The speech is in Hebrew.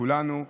לכולנו.